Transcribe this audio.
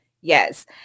Yes